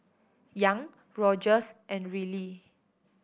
Young Rogers and Reilly